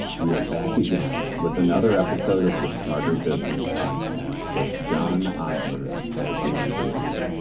we are back again with another episode of the smarter business podcast with john osberg as the interviewer.